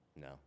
No